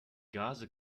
gase